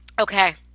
Okay